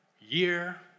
year